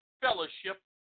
fellowship